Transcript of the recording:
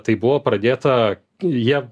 tai buvo pradėta jie